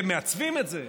והם מעצבים את זה,